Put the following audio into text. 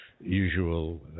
usual